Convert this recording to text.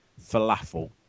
falafel